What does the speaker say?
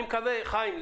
חיים,